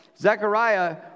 Zechariah